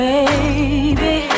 Baby